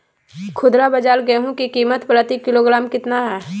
खुदरा बाजार गेंहू की कीमत प्रति किलोग्राम कितना है?